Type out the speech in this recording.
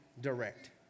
direct